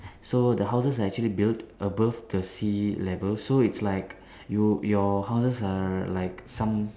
so the houses are actually build above the sea level so is like you your houses are like some